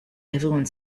everyone